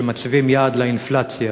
שמציבים יעד לאינפלציה